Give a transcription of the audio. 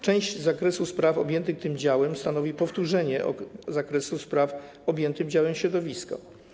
Część zakresu spraw objętych tym działem stanowi powtórzenie zakresu spraw objętych działem: środowisko.